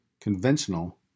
conventional